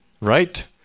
right